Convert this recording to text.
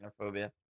arachnophobia